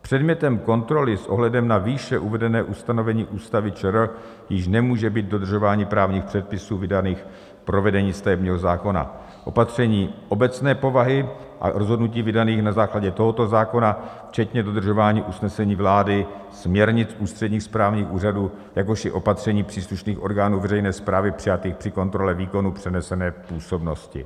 Předmětem kontroly s ohledem na výše uvedené ustanovení Ústavy ČR již nemůže být dodržování právních předpisů vydaných k provedení stavebního zákona opatření obecné povahy a rozhodnutí vydaných na základě tohoto zákona včetně dodržování usnesení vlády, směrnic ústředních správních úřadů, jakož i opatření příslušných orgánů veřejné správy, přijatých při kontrole výkonu přenesené působnosti.